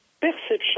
perception